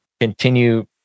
continue